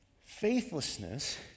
Faithlessness